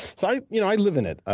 so you know i live in it.